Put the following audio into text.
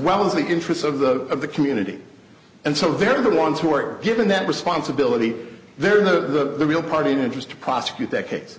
well as the interests of the of the community and so very the ones who are given that responsibility they're the real party in interest to prosecute that case